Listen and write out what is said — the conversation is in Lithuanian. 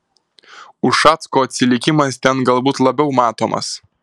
ušacko atsilikimas ten galbūt labiau matomas